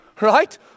right